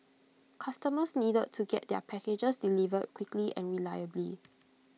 customers needed to get their packages delivered quickly and reliably